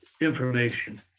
information